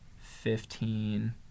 Fifteen